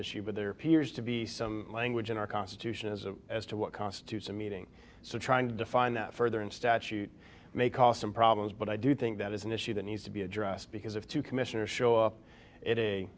issue but there appears to be some language in our constitution as a as to what constitutes a meeting so trying to define that further in statute may cause some problems but i do think that is an issue that needs to be addressed because of two commissioners show up it